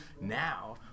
now